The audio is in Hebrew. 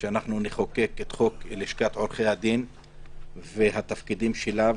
שנחוקק את חוק לשכת עורכי הדין והתפקידים שלה,